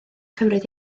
cymryd